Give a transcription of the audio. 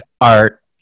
art